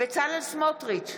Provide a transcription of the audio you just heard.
בצלאל סמוטריץ'